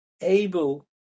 able